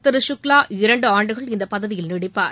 திரு சுக்லா இரண்டு ஆண்டுகள் இந்த பதவியில் நீடிப்பாள்